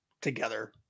together